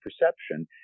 perception